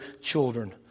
children